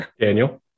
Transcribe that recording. Daniel